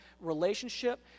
relationship